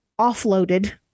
offloaded